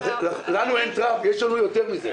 לנו אין טראמפ, יש לנו יותר מזה.